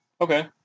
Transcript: Okay